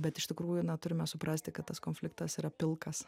bet iš tikrųjų na turime suprasti kad tas konfliktas yra pilkas